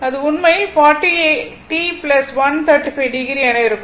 இது உண்மையில் 40 t 135o என இருக்கும்